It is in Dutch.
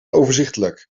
overzichtelijk